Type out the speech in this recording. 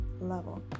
level